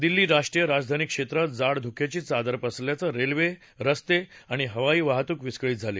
दिल्ली राष्ट्रीय राजधानी क्षेत्रात जाड धुक्याची चादर पसरल्यानं रेल्वे रस्ते आणि हवाई वाहतूक विस्कळीत झाली